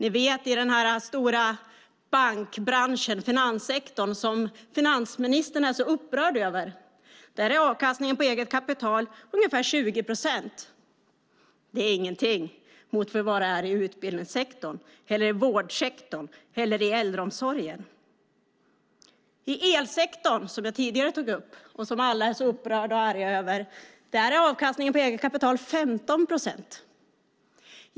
I den stora bankbranschen, finanssektorn, som finansministern är så upprörd över är avkastningen på eget kapital ungefär 20 procent. Det är ingenting jämfört med utbildningssektorn, vårdsektorn eller äldreomsorgen. I elsektorn, som jag tidigare tog upp och som alla är så upprörda och arga på, är avkastningen på eget kapital 15 procent.